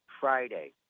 Friday